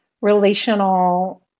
relational